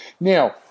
Now